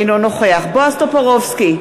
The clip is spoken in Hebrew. אינו נוכח בועז טופורובסקי,